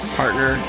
partner